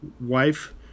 wife